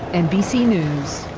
nbc news.